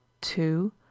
Two